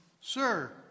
Sir